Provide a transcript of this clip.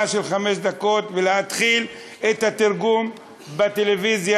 של חמש הדקות ולהתחיל את התרגום בטלוויזיה,